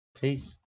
peace